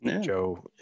Joe